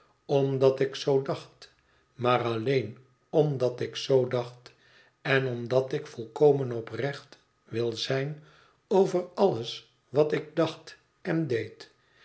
omdat ik zoo dacht maar alleen omdat ik zoo dacht en omdat ik volkomen oprecht wil zijn ovei alles wat ik dacht en deed